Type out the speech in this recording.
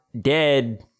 dead